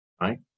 Right